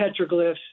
petroglyphs